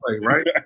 Right